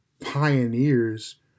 pioneers